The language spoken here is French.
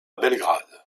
belgrade